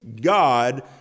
God